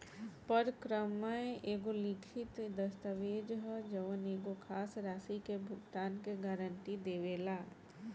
परक्रमय एगो लिखित दस्तावेज ह जवन एगो खास राशि के भुगतान के गारंटी देवेला